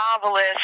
novelist